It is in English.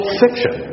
fiction